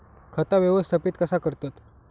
खाता व्यवस्थापित कसा करतत?